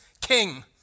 king